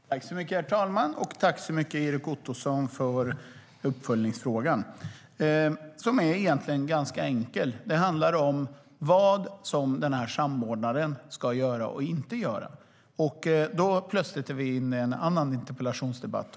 STYLEREF Kantrubrik \* MERGEFORMAT Svar på interpellationerHerr talman! Tack så mycket, Erik Ottoson, för uppföljningsfrågan! Den är egentligen ganska enkel - den handlar om vad samordnaren ska göra och inte göra. Då är vi plötsligt inne i en annan interpellationsdebatt.